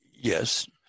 Yes